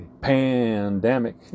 pandemic